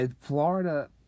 Florida